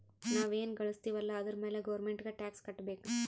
ನಾವ್ ಎನ್ ಘಳುಸ್ತಿವ್ ಅಲ್ಲ ಅದುರ್ ಮ್ಯಾಲ ಗೌರ್ಮೆಂಟ್ಗ ಟ್ಯಾಕ್ಸ್ ಕಟ್ಟಬೇಕ್